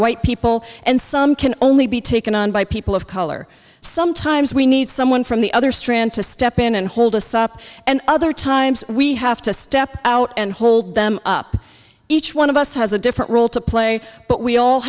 white people and some can only be taken on by people of color sometimes we need someone from the other strand to step in and hold us up and other times we have to step out and hold them up each one of us has a different role to play but we all